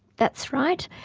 that's right.